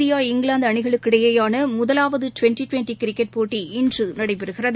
India இங்கிலாந்து அணிகளுக்கு இடையேயான முதலாவது டிவெண்டி டிவெண்டி கிரிக்கெட் போட்டி இன்று நடைபெறுகிறது